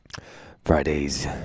Fridays